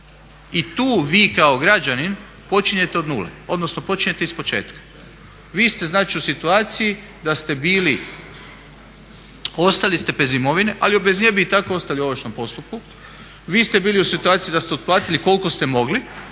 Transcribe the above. I tu vi kao građanin počinjete od nule, odnosno počinjete ispočetka. Vi ste znači u situaciji da ste bili, ostali ste bez imovine ali bez nje bi i tako ostali u ovršnom postupku. Vi ste bili u situaciji da ste otplatili koliko ste mogli,